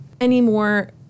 anymore